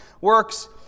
works